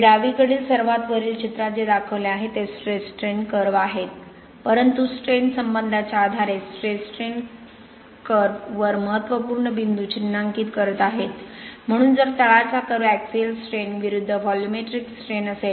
मी डावीकडील सर्वात वरील चित्रात जे दाखवले आहे ते स्ट्रेस स्ट्रेन कर्व्ह आहेत परंतु स्ट्रैन संबंधांच्या आधारे स्ट्रेस स्ट्रैन कर्व्ह वर महत्त्वपूर्ण बिंदू चिन्हांकित करत आहेत म्हणून जर तळाचा कर्व्ह ऍक्सिअल स्ट्रेन विरुद्ध व्हॉल्यूमेट्रिक स्ट्रेन volumetric strain